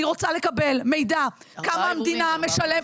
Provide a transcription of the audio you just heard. אני רוצה לקבל מידע כמה המדינה משלמת